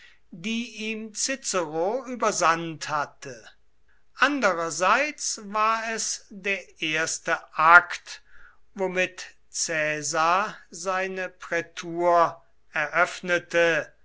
die ihm cicero übersandt hatte andererseits war es der erste akt womit caesar seine prätur eröffnete